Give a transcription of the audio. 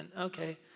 Okay